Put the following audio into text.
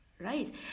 right